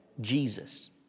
Jesus